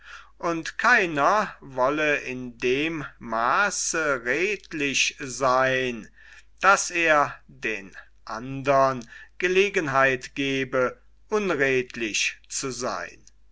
und keiner wolle in dem maaße redlich seyn daß er den andern gelegenheit gebe unredlich zu seyn